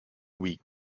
weak